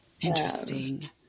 Interesting